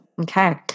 Okay